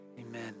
Amen